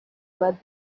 led